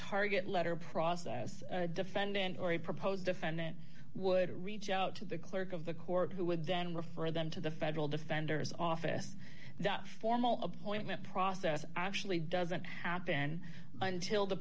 target letter process defendant or a proposed defendant would reach out to the clerk of the court who would then refer them to the federal defender's office the formal appointment process actually doesn't happen until the